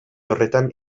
horretan